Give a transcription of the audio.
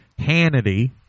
Hannity